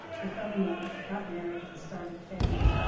they fell in love, got married, and started a family.